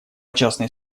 частной